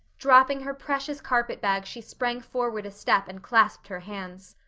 dropping her precious carpet-bag she sprang forward a step and clasped her hands.